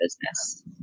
business